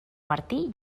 martí